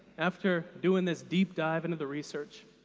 after doing this deep dive into the research,